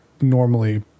normally